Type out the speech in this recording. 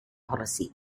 policy